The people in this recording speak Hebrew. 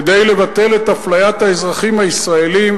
כדי לבטל את אפליית האזרחים הישראלים,